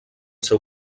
seu